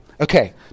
Okay